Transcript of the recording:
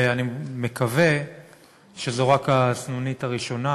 אני מקווה שזו רק הסנונית הראשונה,